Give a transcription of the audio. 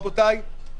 רבותיי,